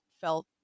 felt